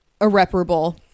irreparable